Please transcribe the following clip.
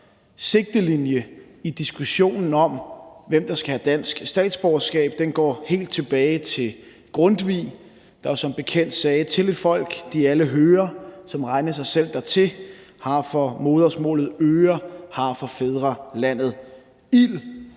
sigtelinje i diskussionen om, hvem der skal have dansk statsborgerskab, går helt tilbage til Grundtvig, der jo som bekendt sagde: »Til et folk de alle høre/som sig regne selv dertil/har for modersmålet øre/har for fædrelandet ild.«